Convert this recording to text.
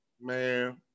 Man